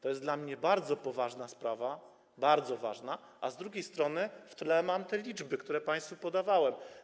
To jest dla mnie bardzo poważna sprawa, bardzo ważna, a z drugiej strony w tle mam te liczby, które państwu podawałem.